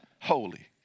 holy